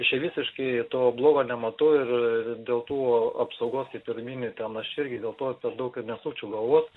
čia visiškai to blogo nematau ir dėl tų apsaugos kaip ir mini ten aš irgi dėl to per daug ir nesukčiau galvos